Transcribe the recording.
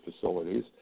facilities